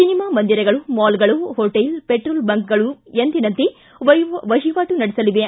cinema ಮಂದಿರಗಳು ಮಾಲ್ಗಳು hotel petrol ಬಂಕ್ಗಳು ಎಂದಿನಂತೆ ವಹಿವಾಟು ನಡೆಸಲಿವೆ